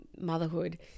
motherhood